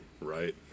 Right